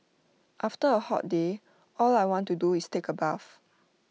after A hot day all I want to do is take A bath